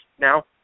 now